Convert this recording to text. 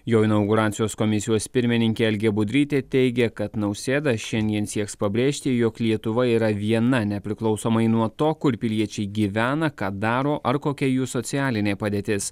jo inauguracijos komisijos pirmininkė algė budrytė teigia kad nausėda šiandien sieks pabrėžti jog lietuva yra viena nepriklausomai nuo to kur piliečiai gyvena ką daro ar kokia jų socialinė padėtis